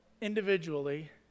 individually